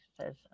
says